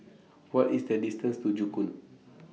What IS The distance to Joo Koon